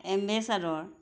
ambassador